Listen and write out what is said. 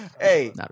Hey